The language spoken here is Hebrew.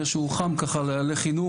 אני יודע שהוא חם ככה לחינוך,